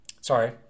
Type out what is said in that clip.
Sorry